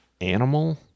animal